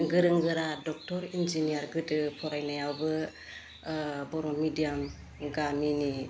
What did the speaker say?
गोरों गोरा doctor engineer गोदो फरायनायावबो बर' मेडियाम गामिनि